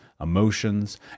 emotions